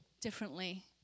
differently